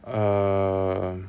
err